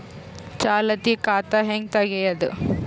ಚಾಲತಿ ಖಾತಾ ಹೆಂಗ್ ತಗೆಯದು?